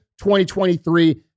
2023